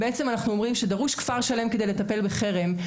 בעצם אנחנו אומרים, שדרוש כפר שלם לטפל בחרם.